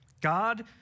God